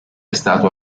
stato